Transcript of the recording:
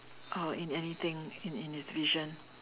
uh in anything in in his vision